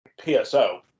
PSO